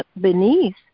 beneath